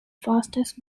fastest